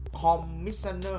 Commissioner